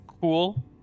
cool